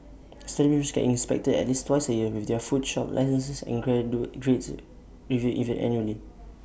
establishments get inspected at least twice A year with their food shop licences and grades reviewed annually